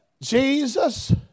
Jesus